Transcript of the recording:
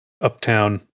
uptown